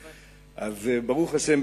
חבל.